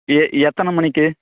எத்தனை மணிக்கு